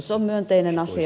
se on myönteinen asia